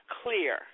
clear